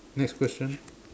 next question